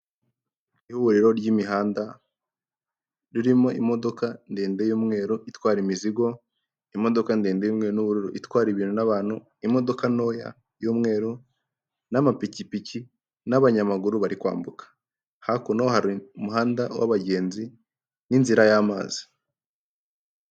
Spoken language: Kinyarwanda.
Ihuriro ry'imihanda ririmo imodoka ndende y'umweru itwara imizigo, imodoka ndende y'umweru n'ubuuburu itwara ibintu n'abantu, imodoka ntoya y'umweru n'amapikipiki n'abanyamaguru bari kwambuka, hakuno hari umuhanda w'abagenzi n'inzira y'amazi.